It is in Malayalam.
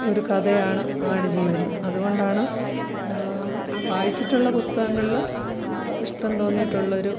ഒരു കഥയാണ് ആടുജീവിതം അതുകൊണ്ടാണ് വായിച്ചിട്ടുള്ള പുസ്തകങ്ങളില് ഇഷ്ടം തോന്നിയിട്ടുള്ളൊരു